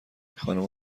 خانوما